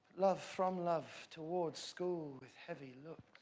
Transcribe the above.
love from love, toward school with heavy looks.